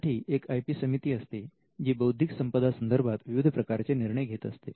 त्यासाठी एक I P समिती असते जी बौद्धिक संपदा संदर्भात विविध प्रकारचे निर्णय घेत असते